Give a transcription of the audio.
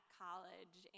college